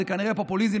זה כנראה פופוליזם,